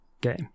game